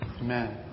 amen